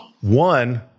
One